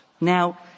Now